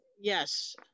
yes